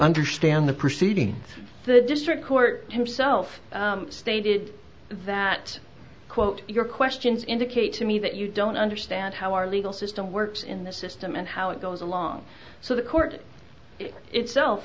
understand the proceeding through the district court himself stated that quote your questions indicate to me that you don't understand how our legal system works in this system and how it goes along so the court itself